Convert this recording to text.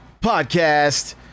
podcast